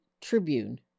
Tribune